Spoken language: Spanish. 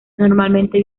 normalmente